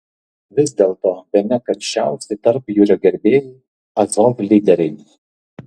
vis dėlto bene karščiausi tarpjūrio gerbėjai azov lyderiai